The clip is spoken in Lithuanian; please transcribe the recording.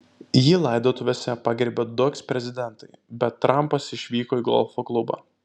jį laidotuvėse pagerbė du eksprezidentai bet trampas išvyko į golfo klubą